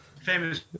Famous